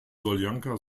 soljanka